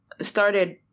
started